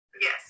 Yes